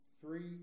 Three